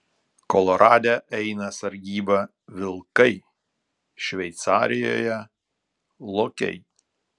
kolorade eina sargybą vilkai šveicarijoje lokiai